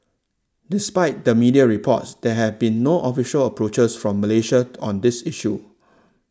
despite the media reports there have been no official approaches from Malaysia on this issue